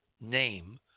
name